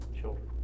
children